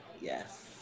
yes